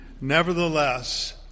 nevertheless